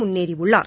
முன்னேறியுள்ளார்